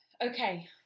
Okay